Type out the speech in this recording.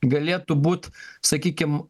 galėtų būti sakykime